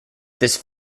this